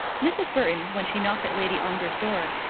mrs. burton, when she knocked at lady ongar's door,